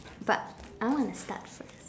but I want to start first